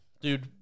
Dude